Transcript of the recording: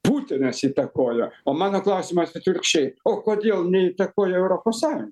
putinas įtakojo o mano klausimas atvirkščiai o kodėl neįtakojo europos sąjun